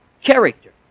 character